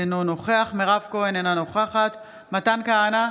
אינו נוכח מירב כהן, אינה נוכחת מתן כהנא,